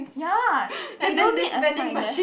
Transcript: ya they don't need a sign there